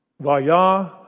Vaya